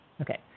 Okay